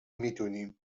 میدونیم